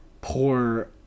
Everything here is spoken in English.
poor